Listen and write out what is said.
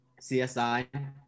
CSI